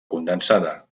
condensada